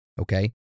okay